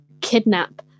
kidnap